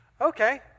Okay